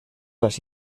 las